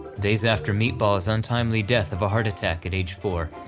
days after meatball's untimely death of a heart attack at age four,